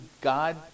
God